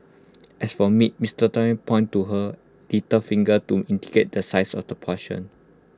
as for meat miss Thelma pointed to her little finger to indicate the size of the portion